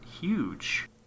huge